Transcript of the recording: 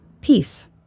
Peace